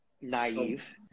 naive